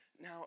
Now